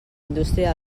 indústria